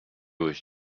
was